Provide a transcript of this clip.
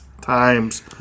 times